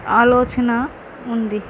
ఆలోచన ఉంది